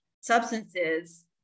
substances